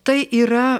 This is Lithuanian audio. tai yra